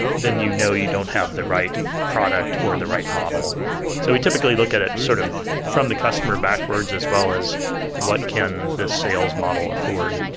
then you know you don't have the right product, or the right model so we typically look at it sort of from the customer backwards, as well as what can this sales model afford,